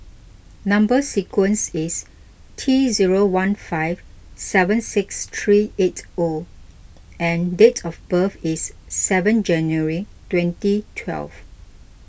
Number Sequence is T zero one five seven six three eight O and date of birth is seven January twenty twelve